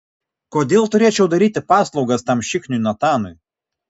kodėl turėčiau daryti paslaugas tam šikniui natanui